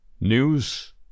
news